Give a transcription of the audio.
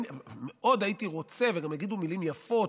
מאוד הייתי רוצה, וגם יגידו מילים יפות: